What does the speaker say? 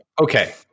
Okay